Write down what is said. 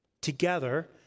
together